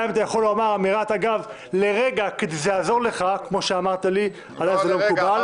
אתה גם יכול לומר אמירת אגב לרגע כדי שזה יעזור לך --- לא לרגע.